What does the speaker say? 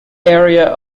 area